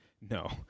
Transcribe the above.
no